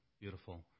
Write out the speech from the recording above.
beautiful